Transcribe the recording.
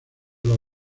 los